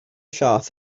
llaeth